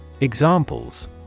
Examples